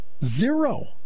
zero